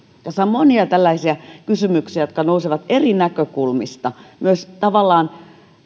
tässä on monia tällaisia kysymyksiä jotka nousevat eri näkökulmista ja myös tavallaan